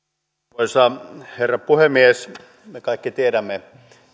arvoisa herra puhemies me kaikki tiedämme